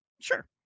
Sure